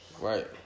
Right